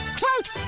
quote